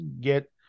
get